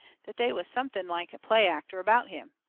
that they was something like a play-actor about him.